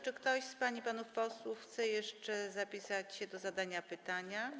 Czy ktoś z pań i panów posłów chce jeszcze zapisać się do zadania pytania?